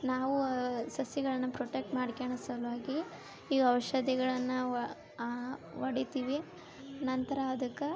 ನಾವು ಸಸಿಗಳನ್ನ ಪ್ರೊಟೆಕ್ಟ್ ಮಾಡ್ಕೊಳೋ ಸಲುವಾಗಿ ಈ ಔಷಧಿಗಳನ್ನ ಹೊಡಿತಿವಿ ನಂತರ ಅದಕ್ಕೆ